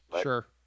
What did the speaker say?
Sure